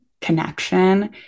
connection